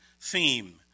theme